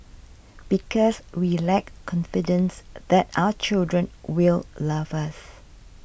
because we lack confidence that our children will love us